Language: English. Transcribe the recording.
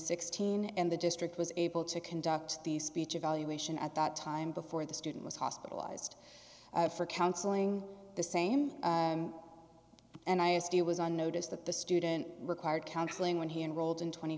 teen and the district was able to conduct the speech of valuation at that time before the student was hospitalized for counseling the same and i asked you was on notice that the student required counseling when he enrolled in tw